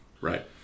right